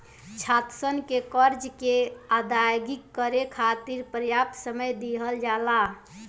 छात्रसन के करजा के अदायगी करे खाति परयाप्त समय दिहल जाला